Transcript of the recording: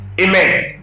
amen